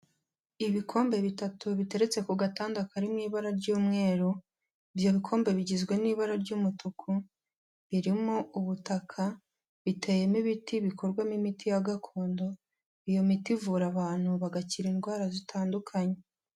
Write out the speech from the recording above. Ibikombe bitatu biturutse ku gatanda kari mu ibara ry'umweru, ibyo bikombe bigizwe n'ibara ry'umutuku, birimo ubutaka, biteyemo ibiti bikorwamo imiti ya gakondo, iyo miti ivura abantu bagakira indwara zitandukanye.